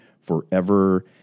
forever